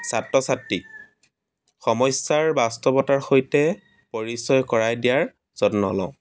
ছাত্ৰ ছাত্ৰীক সমস্যাৰ বাস্তৱতাৰ সৈতে পৰিচয় কৰাই দিয়াৰ যত্ন লওঁ